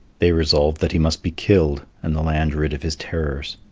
they resolved that he must be killed and the land rid of his terrors.